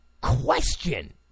question